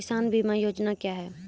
किसान बीमा योजना क्या हैं?